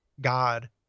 God